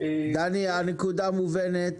הנקודה מובנת.